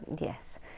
Yes